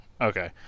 okay